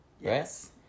Yes